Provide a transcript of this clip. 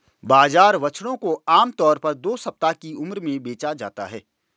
बाजार बछड़ों को आम तौर पर दो सप्ताह की उम्र में बेचा जाता है